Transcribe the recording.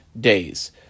days